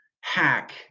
hack